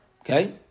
Okay